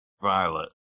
Violet